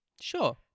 Sure